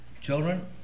Children